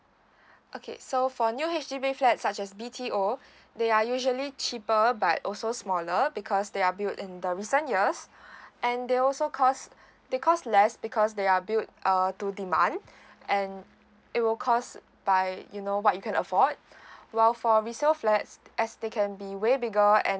okay so for new H_D_B flats such as B_T_O they are usually cheaper but also smaller because they are built in the recent years and they also cost they cost less because they are build err to demand and it will cost by you know what you can afford while for resale flats as they can be way bigger and